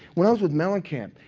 when i was with mellencamp,